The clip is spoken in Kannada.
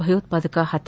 ಭಯೋತ್ವಾದಕ ಹತ